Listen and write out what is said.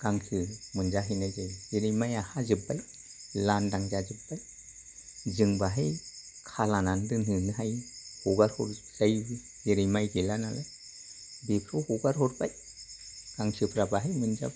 गांसो मोनजाहैनो जेरै ओरैनो माइया हाजोबबाय लानदां जाजोब्बाय जों बाहाय खालानानै दोनहैनो हायो हगारहरजायो जेरै माइ गैला नालाय बेफोराव हगार हरबाय गांसोफ्रा बेहाय मोनजाबाय